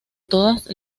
todas